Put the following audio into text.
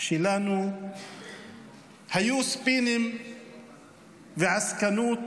שלנו היו ספינים ועסקנות